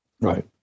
Right